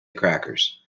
crackers